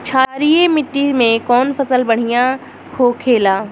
क्षारीय मिट्टी में कौन फसल बढ़ियां हो खेला?